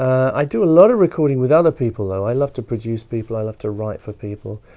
i do a lot of recording with other people though i love to produce people, i love to write for people.